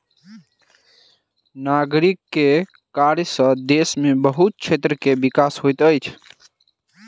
नागरिक के कर सॅ देश के बहुत क्षेत्र के विकास होइत अछि